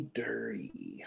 dirty